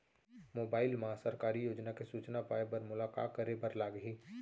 mobile मा सरकारी योजना के सूचना पाए बर मोला का करे बर लागही